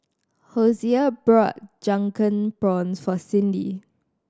Hosea bought Drunken Prawns for Cindi